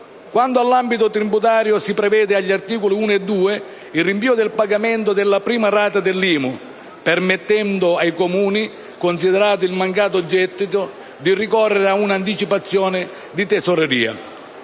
Quanto all'ambito tributario, si prevede agli articoli 1 e 2 il rinvio dei pagamento della prima rata dell'IMU, permettendo ai Comuni, considerato il mancato gettito, di ricorrere ad un'anticipazione di tesoreria.